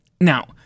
Now